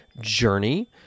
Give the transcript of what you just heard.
Journey